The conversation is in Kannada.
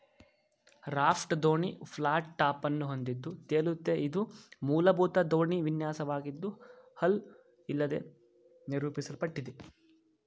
ರಾಫ್ಟ್ ದೋಣಿ ಫ್ಲಾಟ್ ಟಾಪನ್ನು ಹೊಂದಿದ್ದು ತೇಲುತ್ತೆ ಇದು ಮೂಲಭೂತ ದೋಣಿ ವಿನ್ಯಾಸವಾಗಿದ್ದು ಹಲ್ ಇಲ್ಲದೇ ನಿರೂಪಿಸಲ್ಪಟ್ಟಿದೆ